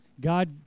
God